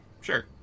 Sure